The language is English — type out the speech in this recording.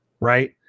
Right